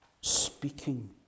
speaking